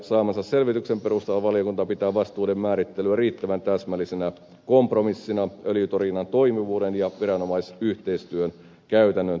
saamansa selvityksen perusteella valiokunta pitää vastuiden määrittelyä riittävän täsmällisenä kompromissina öljyntorjunnan toimivuuden ja viranomaisyhteistyön käytännön toimivuuden kannalta